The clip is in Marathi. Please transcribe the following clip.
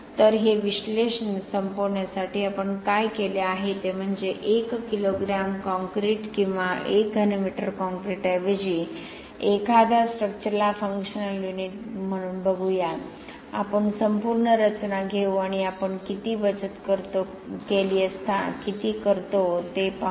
तर हे विश्लेषण संपवण्यासाठी आपण काय केले आहे ते म्हणजे 1 किलोग्रॅम कॉंक्रिट किंवा 1 घनमीटर काँक्रीट ऐवजी एखाद्या स्ट्रक्चरला फंक्शनल युनिट म्हणून बघूया आपण संपूर्ण रचना घेऊ आणि आपण किती बचत केली असती किती करू शकतो ते पाहू या